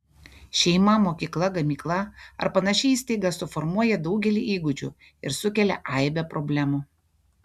šeima mokykla gamykla ar panaši įstaiga suformuoja daugelį įgūdžių ir sukelia aibę problemų